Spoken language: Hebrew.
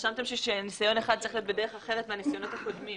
רשמתם שניסיון אחד צריך להיות בדרך אחרת מהניסיונות הקודמים.